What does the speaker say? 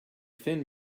thin